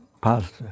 past